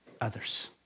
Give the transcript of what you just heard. others